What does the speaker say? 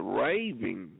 raving